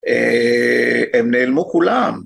הם נעלמו כולם.